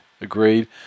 Agreed